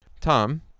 Tom